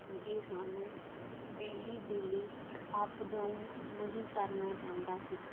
ਕਿਉਂਕੀ ਸਾਨੂੰ daily daily up down ਨਹੀਂ ਕਰਨਾ ਪੈਂਦਾ ਸੀ